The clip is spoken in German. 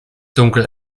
dunkel